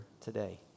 today